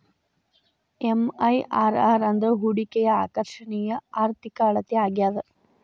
MIRR ಅಂದ್ರ ಹೂಡಿಕೆಯ ಆಕರ್ಷಣೆಯ ಆರ್ಥಿಕ ಅಳತೆ ಆಗ್ಯಾದ